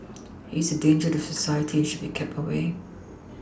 he is a danger to society and should be kept away